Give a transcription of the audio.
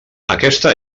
aquesta